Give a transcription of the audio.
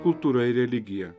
kultūra ir religija